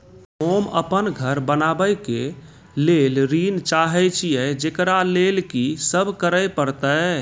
होम अपन घर बनाबै के लेल ऋण चाहे छिये, जेकरा लेल कि सब करें परतै?